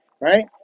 Right